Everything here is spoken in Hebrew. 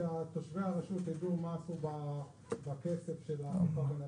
שתושבי הרשות יידעו מה עשו בכסף של האכיפה בנת"צים.